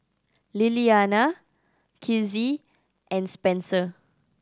Lilliana Kizzie and Spencer